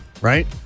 right